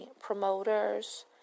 promoters